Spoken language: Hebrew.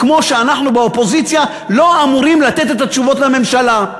כמו שאנחנו באופוזיציה לא אמורים לתת את התשובות לממשלה.